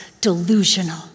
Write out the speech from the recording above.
delusional